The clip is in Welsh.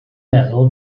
meddwl